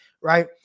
right